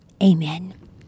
Amen